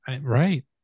Right